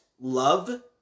love